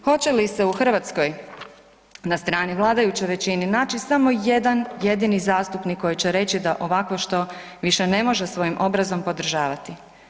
Hoće li se u Hrvatskoj na strani vladajuće većine naći samo jedan jedini zastupnik koji će reći da ovakvo što više ne može svojim obrazom podržavati?